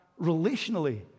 relationally